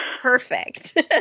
perfect